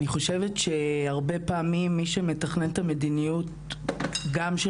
הרבה פעמים מיש מתכנן את המדיניות גם של